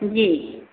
जी